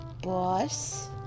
boss